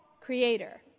creator